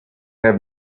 have